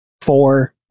four